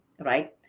right